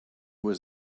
was